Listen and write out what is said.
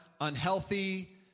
unhealthy